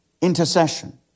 intercession